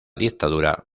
dictadura